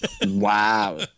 Wow